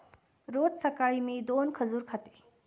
रोज सकाळी मी दोन खजूर खाते